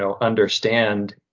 understand